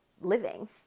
living